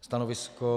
Stanovisko?